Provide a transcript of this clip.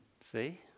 See